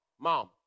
mom